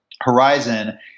horizon